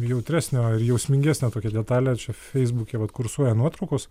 jautresnio ir jausmingesnio tokia detalė feisbuke vat kursuoja nuotraukos